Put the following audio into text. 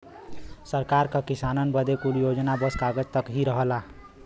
सरकार क किसानन बदे कुल योजना बस कागज तक ही रहल हौ